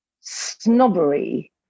snobbery